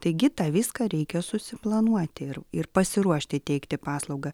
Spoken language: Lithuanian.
taigi tą viską reikia susiplanuoti ir ir pasiruošti teikti paslaugą